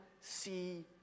see